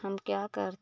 हम क्या कर